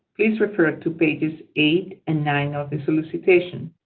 please refer to pages eight and nine of the solicitation.